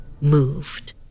moved